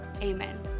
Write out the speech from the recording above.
amen